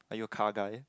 are you a car guy